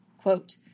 quote